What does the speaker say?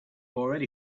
already